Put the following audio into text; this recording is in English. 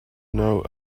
know